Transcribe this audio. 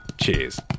Cheers